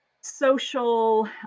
social